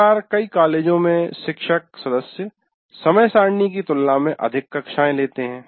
कई बार कई कॉलेजों में शिक्षक सदस्य समय सारिणी की तुलना में अधिक कक्षाए लेते हैं